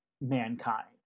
mankind